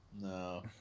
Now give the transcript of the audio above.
No